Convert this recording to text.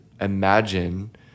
imagine